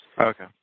Okay